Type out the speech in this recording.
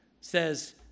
says